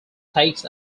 takes